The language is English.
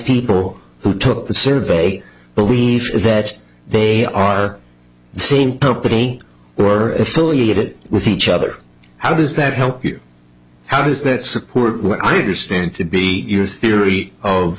people who took the survey believe that they are the same company were affiliated with each other how does that help you how does that support what i understand to be your theory of